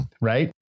Right